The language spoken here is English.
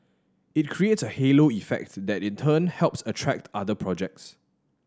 it creates a halo effects that in turn helps attract other projects